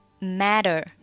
matter